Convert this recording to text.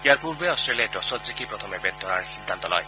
ইয়াৰপূৰ্বে অট্টেলিয়াই টছত জিকি প্ৰথমে বেট ধৰাৰ সিদ্ধান্ত লয়